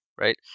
right